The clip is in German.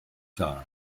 tal